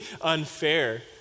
unfair